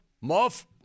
Muff